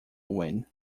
win